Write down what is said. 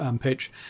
pitch